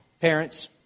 parents